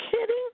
kidding